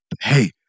Hey